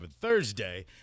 Thursday